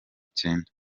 icyenda